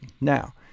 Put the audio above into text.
Now